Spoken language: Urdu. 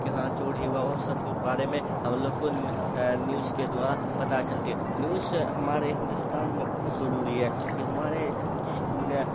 کہاں چوری ہوا وہ سب کے بارے میں ہم لوگ کو نیوز کے دوارا پتہ چلتی ہے نیوس ہمارے ہندوستان میں بہت ضروری ہے کہ ہمارے جس